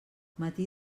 matí